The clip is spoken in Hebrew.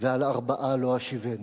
ועל ארבעה לא אשיבנו",